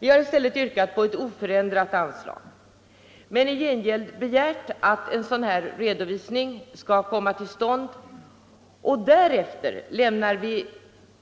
I stället har vi yrkat på ett oförändrat anslag men i gengäld begärt att en redovisning skall komma till stånd. Därefter lämnar vi